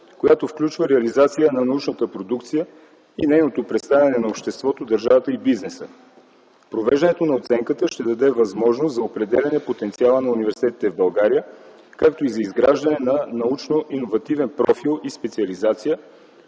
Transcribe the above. която включва реализация на научната продукция и нейното представяне на обществото, държавата и бизнеса. Провеждането на оценката ще даде възможност за определяне потенциала на университетите в България, както и за изграждане на научноиновативен профил и специализация,